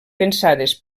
pensades